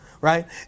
Right